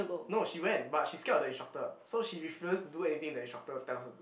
no she went but she scared of the instructor so she refuses to do anything that the instructor tells her to